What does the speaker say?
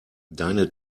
deine